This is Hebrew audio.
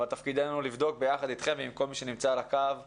אבל תפקידנו לבדוק יחד אתכם עם כל מי שנמצא על הקו בזום,